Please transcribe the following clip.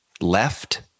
left